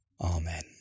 Amen